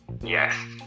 yes